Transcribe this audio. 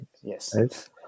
Yes